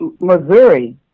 Missouri